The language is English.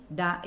da